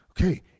okay